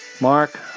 Mark